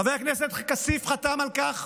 חבר הכנסת חתם על כך: